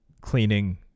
cleaning